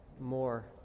more